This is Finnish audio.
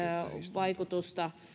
vaikutusta